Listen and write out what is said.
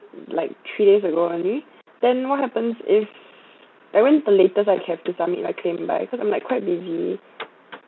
like three days ago only then what happens if I mean the latest I have to submit my claim lah cause I'm like quite busy